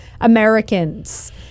Americans